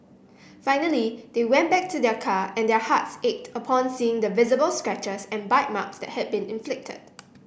finally they went back to their car and their hearts ached upon seeing the visible scratches and bite marks that had been inflicted